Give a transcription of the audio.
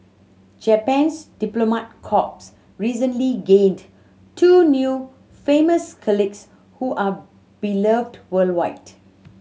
Japan's diplomat corps recently gained two new famous colleagues who are beloved worldwide